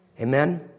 Amen